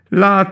la